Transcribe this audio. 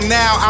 now